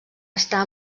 està